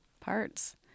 parts